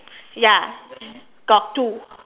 ya got two